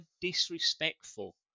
disrespectful